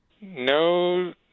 No